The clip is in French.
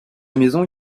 maison